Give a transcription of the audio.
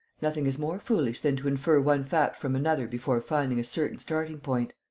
nothing is more foolish than to infer one fact from another before finding a certain starting-point.